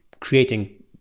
creating